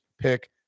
pick